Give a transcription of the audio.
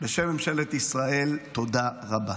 בשם ממשלת ישראל, תודה רבה.